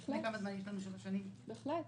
בהחלט.